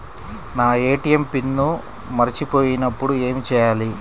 నా ATM PIN మరచిపోయినప్పుడు ఏమి చేయాలి?